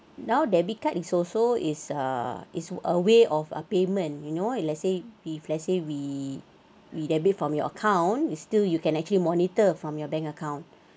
now debit card is also is ah is a way of payment you know let's say if let's say we we debit from your account is still you can actually monitor from your bank account